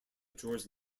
george